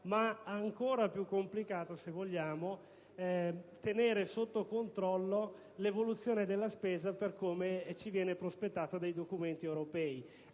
ma ancora più complicato è tenere sotto controllo l'evoluzione della spesa, per come ci viene prospettata dai documenti europei.